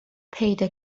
پیدا